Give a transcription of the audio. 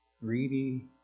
greedy